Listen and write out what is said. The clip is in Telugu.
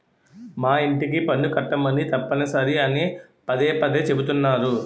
మా యింటికి పన్ను కట్టమని తప్పనిసరి అని పదే పదే చెబుతున్నారు